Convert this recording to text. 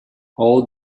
all